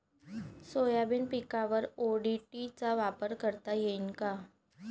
Soybean पिकावर ODT चा वापर करता येईन का?